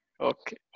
Okay